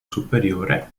superiore